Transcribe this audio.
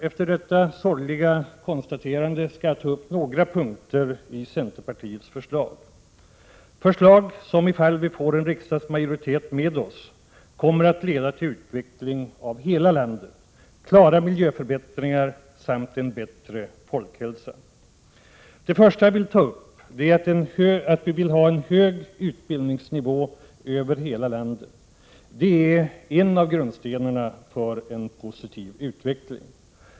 Efter detta sorgliga konstaterande skall jag ta upp några punkter i centerpartiets förslag, förslag som ifall vi får en riksdagsmajoritet med oss kommer att leda till utveckling av hela landet, klara miljöförbättringar och en bättre folkhälsa. För det första vill jag ta upp att vi vill ha en hög utbildningsnivå över hela landet. Det är en av grundstenarna för en positiv utveckling.